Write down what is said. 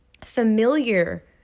familiar